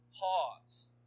Pause